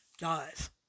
Guys